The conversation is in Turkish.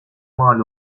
mal